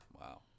Wow